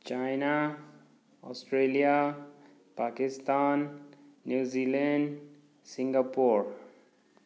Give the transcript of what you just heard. China Australia Pakistan New Zealand Singapore